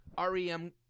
REM